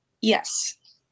Yes